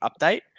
update